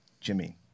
Jimmy